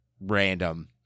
random